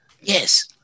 Yes